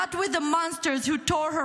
not with the monsters who tore her